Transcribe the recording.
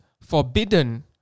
forbidden